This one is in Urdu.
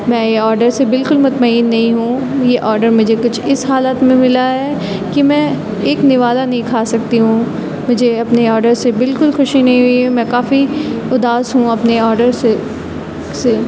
میں یہ آرڈر سے بالکل مطمئن نہیں ہوں یہ آرڈر مجھے کچھ اِس حالت میں ملا ہے کہ میں ایک نوالہ نہیں کھا سکتی ہوں مجھے اپنے آرڈر سے بالکل خوشی نہیں ہوئی ہے میں کافی اُداس ہوں اپنے آرڈر سے سے